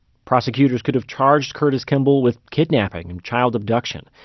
prosecutors could've charged curtis kimball with kidnapping and child abduction.